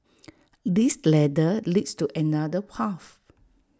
this ladder leads to another path